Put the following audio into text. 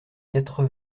quatre